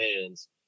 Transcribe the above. hands